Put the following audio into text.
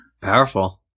powerful